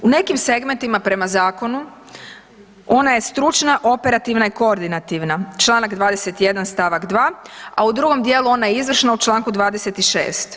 U nekim segmentima prema Zakonu, ona je stručna, operativna i koordinativna, članak 21. stavak 2., a u drugom dijelu ona je izvršna u članku 26.